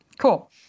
Cool